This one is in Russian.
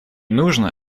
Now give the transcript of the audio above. нужно